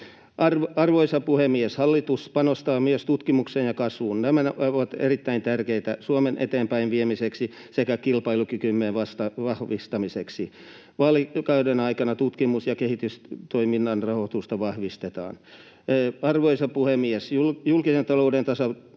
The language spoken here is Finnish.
Arvoisa puhemies! Hallitus panostaa myös tutkimukseen ja kasvuun. Nämä ovat erittäin tärkeitä Suomen eteenpäinviemiseksi sekä kilpailukykymme vahvistamiseksi. Vaalikauden aikana tutkimus- ja kehitystoiminnan rahoitusta vahvistetaan. Arvoisa puhemies! Julkisen talouden